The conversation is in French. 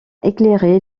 éclairer